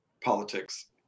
Politics